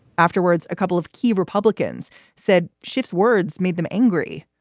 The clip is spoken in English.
afterwards, a couple of key republicans said schiff's words made them angry.